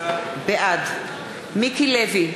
בעד מיקי לוי,